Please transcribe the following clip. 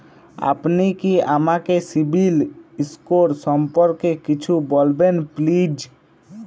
আপনি কি আমাকে সিবিল স্কোর সম্পর্কে কিছু বলবেন প্লিজ?